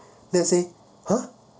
then say !huh!